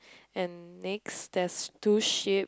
and next there's two sheep